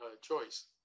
choice